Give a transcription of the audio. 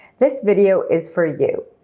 this video is for you.